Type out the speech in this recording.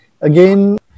again